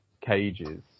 cages